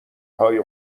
های